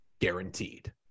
guaranteed